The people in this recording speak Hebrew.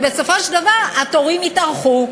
ובסופו של דבר התורים יתארכו.